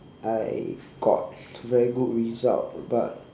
I got very good result but